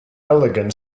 elegant